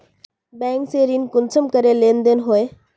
Bank से ऋण कुंसम करे लेन देन होए?